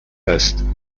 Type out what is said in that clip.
است